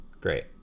Great